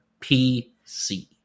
PC